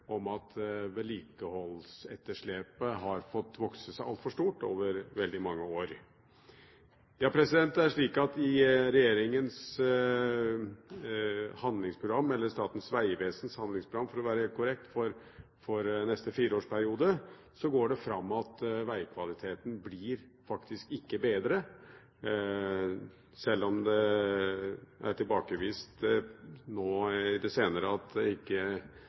om at vedlikeholdsetterslepet har fått vokse seg altfor stort over veldig mange år. Det er slik at det går fram av Statens vegvesens handlingsprogram for den neste fireårsperiode at vegkvaliteten faktisk ikke blir bedre. Selv om det i det senere har blitt tilbakevist at det ikke